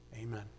Amen